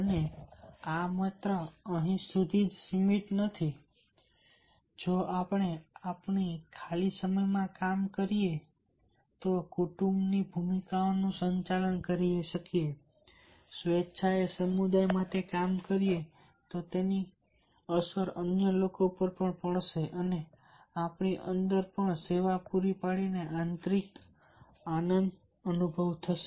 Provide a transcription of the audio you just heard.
અને આ માત્ર એટલું જ નથી કે જો આપણે આપણો ખાલી સમય માં કામ કરીએ કુટુંબની ભૂમિકાઓનું સંચાલન કરીએ સ્વેચ્છાએ સમુદાય માટે કામ કરીએ તો તેની અસર અન્ય લોકો પર પડશે અને આપણી અંદર પણ સેવા પૂરી પાડીને આંતરિક આનંદનો અનુભવ થશે